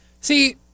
See